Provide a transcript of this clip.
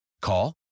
Call